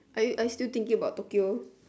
I I still thinking about Tokyo